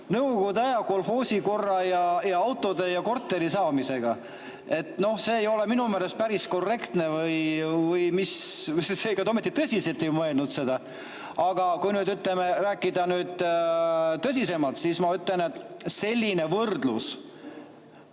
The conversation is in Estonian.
nõukogude aja kolhoosikorraga ja autode ja korteri saamisega. See ei ole minu meelest päris korrektne. Või mis? Ega te ometi tõsiselt ei mõelnud seda? Aga kui rääkida nüüd tõsisemalt, siis ma ütlen, et selline võrdlus